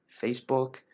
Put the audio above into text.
Facebook